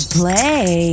play